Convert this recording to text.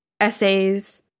essays